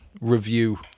review